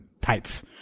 tights